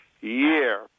year